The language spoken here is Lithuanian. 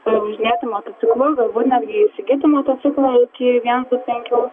važinėti motociklu galbūt netgi įsigyti motociklą iki viens du penkių